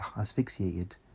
asphyxiated